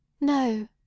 No